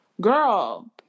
girl